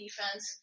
defense